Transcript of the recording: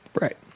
Right